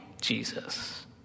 Jesus